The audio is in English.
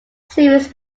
series